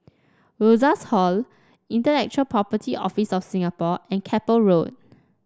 Rosas Hall Intellectual Property Office of Singapore and Keppel Road